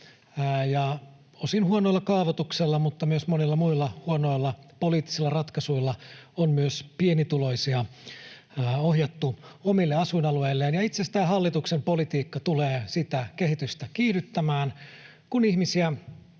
osin huonolla kaavoituksella mutta myös monilla muilla huonoilla poliittisilla ratkaisuilla on myös pienituloisia ohjattu omille asuinalueilleen. Ja itse asiassa tämä hallituksen politiikka tulee sitä kehitystä kiihdyttämään. Kun ihmisiä,